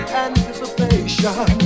anticipation